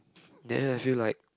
then I feel like